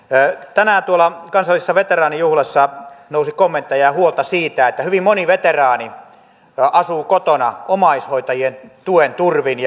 tänään tuolla kansallisessa veteraanijuhlassa nousi kommentteja ja huolta siitä että hyvin moni veteraani asuu kotona omaishoitajien tuen turvin